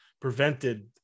prevented